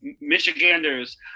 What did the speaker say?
Michiganders